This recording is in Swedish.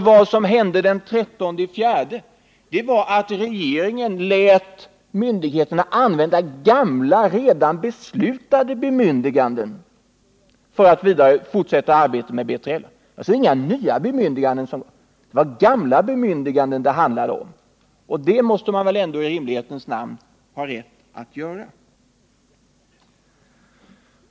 Det som hände den 13 april var att regeringen lät myndigheterna använda gamla och redan beslutade bemyndiganden för fortsättningen av arbetet med B3LA. Det var alltså inte fråga om några nya bemyndiganden utan om gamla. Och detta måste man väl ändå i all rimlighets namn ha rätt att göra.